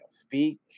speak